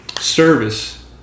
service